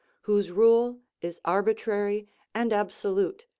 whose rule is arbitrary and absolute,